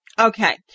Okay